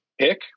pick